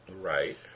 Right